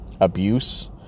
abuse